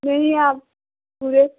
नहीं आप पूरे